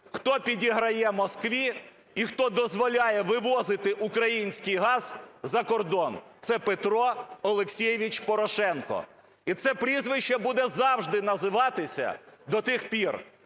хто підіграє Москві, і хто дозволяє вивозити український газ за кордон. Це Петро Олексійович Порошенко. І це прізвище буде завжди називатися до тих пір,